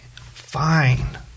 Fine